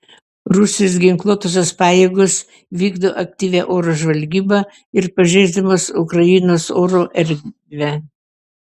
rusijos ginkluotosios pajėgos vykdo aktyvią oro žvalgybą ir pažeisdamos ukrainos oro erdvę